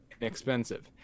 Expensive